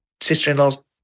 sister-in-law's